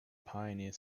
pioneer